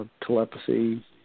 telepathy